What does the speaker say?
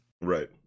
right